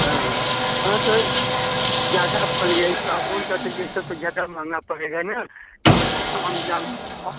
हाँ हाँ तो ज़्यादा पड़ जाए सागवान का तो जैसे तो ज़्यादा महँगा पड़ेगा ना तो हम जामुन और